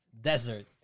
desert